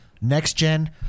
next-gen